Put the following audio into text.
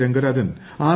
Rangarajan R